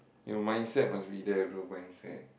your mindset must be there bro mindset